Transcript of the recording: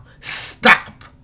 Stop